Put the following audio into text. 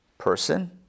Person